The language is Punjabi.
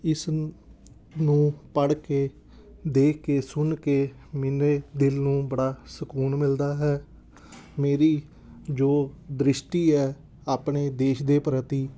ਇਸ ਨੂੰ ਪੜ੍ਹ ਕੇ ਦੇਖ ਕੇ ਸੁਣ ਕੇ ਮੇਰੇ ਦਿਲ ਨੂੰ ਬੜਾ ਸਕੂਨ ਮਿਲਦਾ ਹੈ ਮੇਰੀ ਜੋ ਦ੍ਰਿਸ਼ਟੀ ਹੈ ਆਪਣੇ ਦੇਸ਼ ਦੇ ਪ੍ਰਤੀ